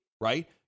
right